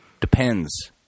Depends